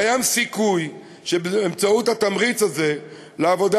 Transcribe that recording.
קיים סיכוי שבאמצעות התמריץ הזה לעבודה